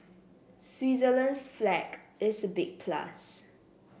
Switzerland's flag is a big plus